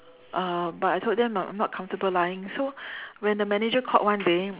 uh but I told them not not comfortable lying so when the manager called one day